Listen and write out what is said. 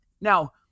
Now